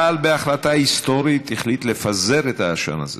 צה"ל, בהחלטה היסטורית, החליט לפזר את העשן הזה.